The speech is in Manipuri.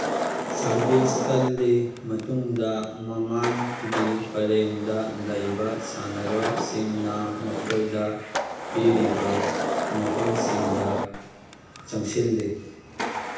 ꯁꯥꯔꯚꯤꯁ ꯀꯂꯤ ꯃꯇꯨꯡꯗ ꯃꯃꯥꯡꯒꯤ ꯄꯔꯦꯡꯗ ꯂꯩꯕ ꯁꯥꯟꯅꯔꯣꯏꯁꯤꯡꯅ ꯃꯈꯣꯏꯗ ꯄꯤꯔꯤꯕ ꯃꯐꯝꯁꯤꯡꯗ ꯆꯪꯁꯤꯜꯂꯤ